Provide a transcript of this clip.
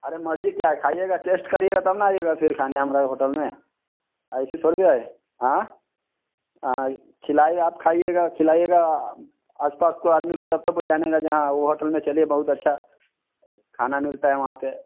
अरे मर्जी क्या है खाइएगा टेस्ट करिएगा तब न आइएगा फिर खाने हमारे होटल में ऐसी सौ रुपिया है हाँ खिलाई आप खाइएगा खिलाइएगा आस पास काे आदमी को तब तो वो जानेगा जहाँ ऊ होटल में चलिए बहुत अच्छा खाना मिलता है वहाँ पे